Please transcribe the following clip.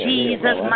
Jesus